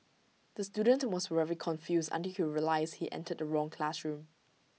the student was very confused until he realised he entered the wrong classroom